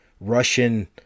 russian